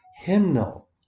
hymnal